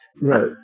Right